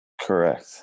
Correct